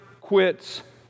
quits